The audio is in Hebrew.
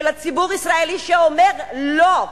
של הציבור הישראלי שאומר לא.